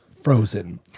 Frozen